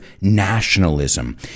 nationalism